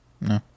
no